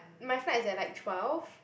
my flight is at like twelve